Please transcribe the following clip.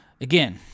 Again